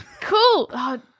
Cool